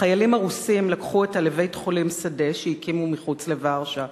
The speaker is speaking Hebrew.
החיילים הרוסים לקחו אותה לבית-חולים שדה שהקימו מחוץ לוורשה.